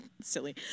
silly